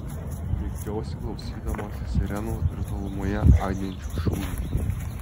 migdžiausi klausydamas sirenų ir tolumoje aidinčių šūvių